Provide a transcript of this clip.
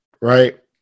right